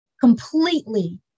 completely